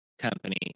company